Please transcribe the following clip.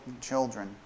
children